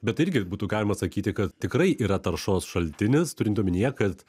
bet irgi būtų galima sakyti kad tikrai yra taršos šaltinis turint omenyje kad